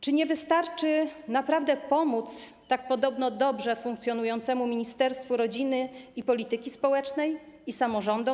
Czy nie wystarczy naprawdę pomóc tak podobno dobrze funkcjonującemu Ministerstwu Rodziny i Polityki Społecznej i właśnie samorządom?